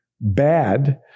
bad